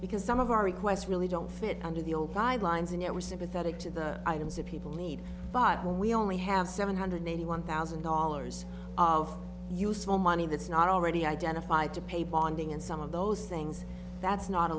because some of our requests really don't fit under the old by lines and it was sympathetic to the items that people need but we only have seven hundred eighty one thousand dollars of useful money that's not already identified to pay bonding and some of those things that's not a